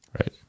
Right